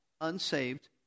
unsaved